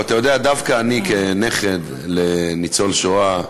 ואתה יודע, דווקא אני, כנכד לניצול שואה,